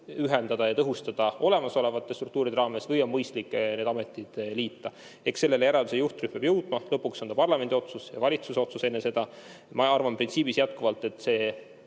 ühendada neid olemasolevate struktuuride raames või on mõistlik need ametid liita. Eks sellele järeldusele see juhtrühm peab jõudma. Lõpuks on see parlamendi otsus ja valitsuse otsus enne seda. Ma arvan printsiibis jätkuvalt, et